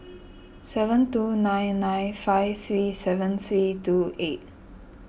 seven two nine nine five three seven three two eight